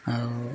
ଆଉ